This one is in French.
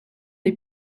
des